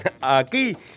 Aquí